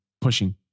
pushing